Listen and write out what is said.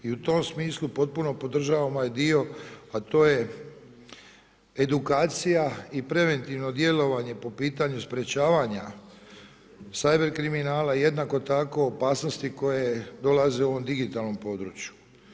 I u tom smislu potpuno podržavamo ovaj dio a to je edukacija i preventivno djelovanje po pitanju sprječavanja cyber kriminala, jednako tako opasnosti koje dolaze u ovom digitalnom području.